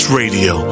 radio